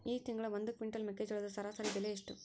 ಈ ತಿಂಗಳ ಒಂದು ಕ್ವಿಂಟಾಲ್ ಮೆಕ್ಕೆಜೋಳದ ಸರಾಸರಿ ಬೆಲೆ ಎಷ್ಟು?